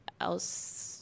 else